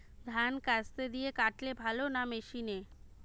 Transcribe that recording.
ধান কাস্তে দিয়ে কাটলে ভালো না মেশিনে?